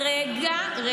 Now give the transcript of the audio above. רגע.